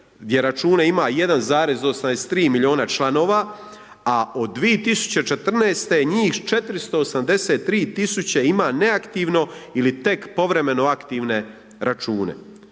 gdje račune ima 1,83 miliona članova, a od 2014. njih 483.000 tisuće ima neaktivno ili te povremeno aktivne račune.